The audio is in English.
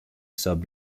sub